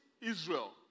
Israel